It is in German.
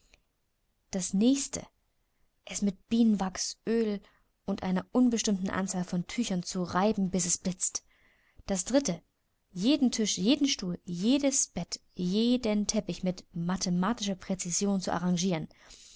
das nächste es mit bienenwachs öl und einer unbestimmten anzahl von tüchern zu reiben bis es blitzt das dritte jeden tisch jeden stuhl jedes bett jeden teppich mit mathematischer präcision zu arrangieren